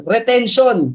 Retention